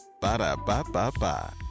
Ba-da-ba-ba-ba